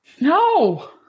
No